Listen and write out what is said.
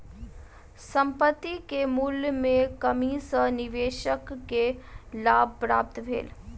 संपत्ति के मूल्य में कमी सॅ निवेशक के लाभ प्राप्त भेल